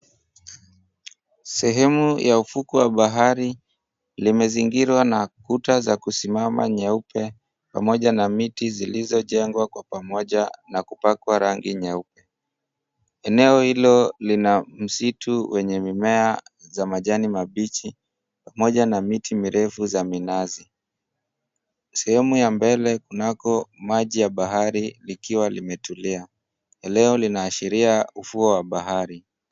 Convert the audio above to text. Sehemu ya ufukwe wa bahari limezingirwa na kuta za kusimama nyeupe pamoja na miti zilizojengwa kwa pamoja na kupakwa rangi nyeupe, eneo hilo lina msitu wenye mimea za majani mabichi pamoja na miti mirefu za minazi. Sehemu ya mbele kunako maji ya bahari ikiwa limetulia, eneo linaashiria ufuo wa bahari.